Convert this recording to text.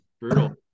brutal